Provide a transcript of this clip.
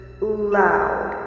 loud